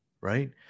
right